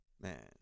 Man